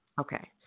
Okay